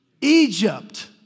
Egypt